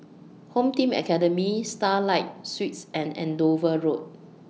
Home Team Academy Starlight Suites and Andover Road